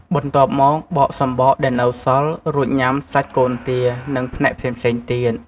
បន្ទាប់មក បកសំបកដែលនៅសល់ រួចញ៉ាំសាច់កូនទា និងផ្នែកផ្សេងៗទៀត។